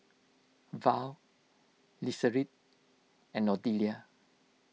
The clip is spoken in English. Val and Odelia